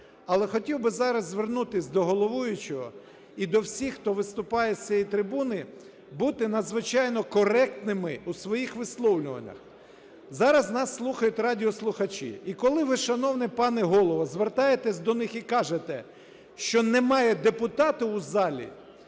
Але хотів би зараз звернутися до головуючого і до всіх, хто виступає з цієї трибуни, бути надзвичайно коректними у своїх висловлюваннях. Зараз нас слухають радіослухачі. І коли ви, шановний пане Голово, звертаєтесь до них і кажете, що немає депутатів у залі,